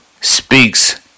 speaks